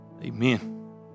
Amen